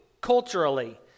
culturally